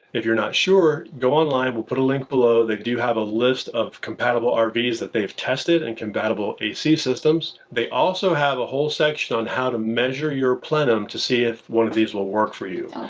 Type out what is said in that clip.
if you're not sure, go online. we'll put a link below. they do have a list of compatible um rvs that they have tested and compatible a c systems. they also have a whole section on how to measure your plenum to see if one of these will work for you.